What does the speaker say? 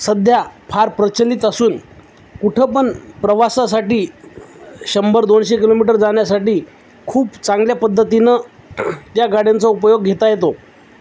सध्या फार प्रचलित असून कुठंपण प्रवासासाठी शंभर दोनशे किलोमीटर जाण्यासाठी खूप चांगल्या पद्धतीनं त्या गाड्यांचा उपयोग घेता येतो